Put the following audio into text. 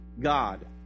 God